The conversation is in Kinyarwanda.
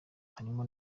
harimo